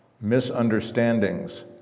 Misunderstandings